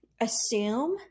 assume